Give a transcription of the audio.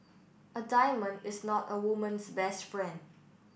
a diamond is not a woman's best friend